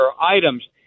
items